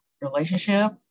relationship